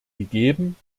gegeben